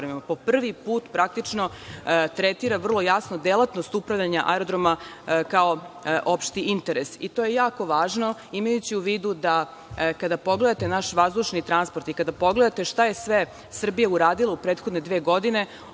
po prvi put praktično tretira vrlo jasno delatnost upravljanja aerodroma kao opšti interes, i to je jako važno, imajući u vidu da, kada pogledate naš vazdušni transport i kada pogledate šta je sve Srbija uradila u prethodne dve godine,